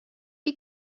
you